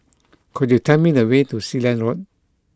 could you tell me the way to Sealand Road